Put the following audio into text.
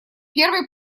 первой